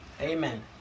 Amen